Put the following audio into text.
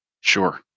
Sure